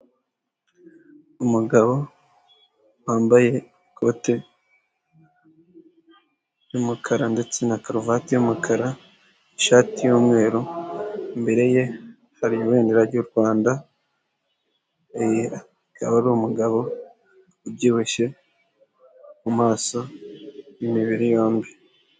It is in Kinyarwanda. Umugabo wambaye ikote ry'umukara ndetse na karuvati y'umukara, ishati y'umweru, imbere ye hari ibandera ry'u Rwanda, akaba ari umugabo ubyibyushye mu maso, w'imibiri yombi.